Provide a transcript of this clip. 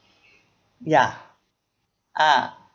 ya ah